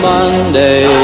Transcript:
Monday